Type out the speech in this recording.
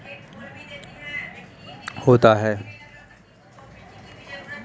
मुख्य उर्वरक में मोनो अमोनियम फॉस्फेट और डाई अमोनियम फॉस्फेट हैं